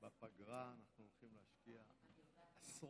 מכובדיי חבריי חברי הכנסת,